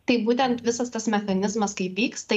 taip būtent visas tas mechanizmas kaip vyksta